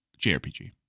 JRPG